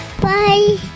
Bye